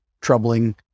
troubling